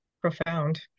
profound